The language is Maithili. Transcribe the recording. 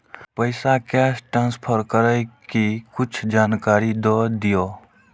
पैसा कैश ट्रांसफर करऐ कि कुछ जानकारी द दिअ